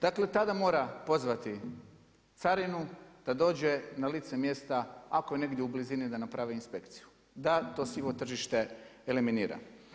Dakle tada mora pozvati carinu da dođe na lice mjesta ako je negdje u blizini da napravi inspekciju da to sivo tržište eliminira.